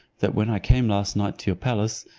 that when i came last night to your palace,